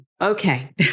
Okay